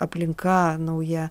aplinka nauja